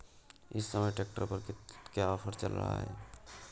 इस समय ट्रैक्टर पर क्या ऑफर चल रहा है?